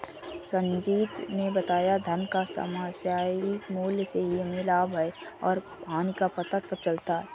संजीत ने बताया धन का समसामयिक मूल्य से ही हमें लाभ और हानि का पता चलता है